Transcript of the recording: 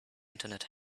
internet